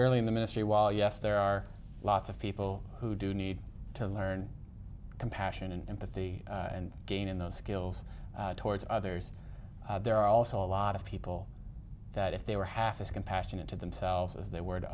early in the ministry while yes there are lots of people who do need to learn compassion and empathy and gaining those skills towards others there are also a lot of people that if they were half as compassionate to themselves as they were to